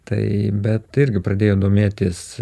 tai bet irgi pradėjo domėtis